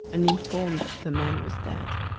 and informed the man was dead.